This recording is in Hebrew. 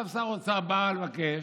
עכשיו שר האוצר בא לבקש,